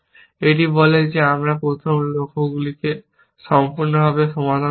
এটি বলে আমি আমার প্রথম লক্ষ্যটি সম্পূর্ণভাবে সমাধান করব